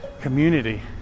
community